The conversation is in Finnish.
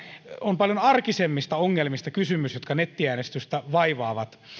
on kysymys paljon arkisemmista ongelmista jotka nettiäänestystä vaivaavat